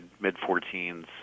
mid-14s